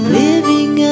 living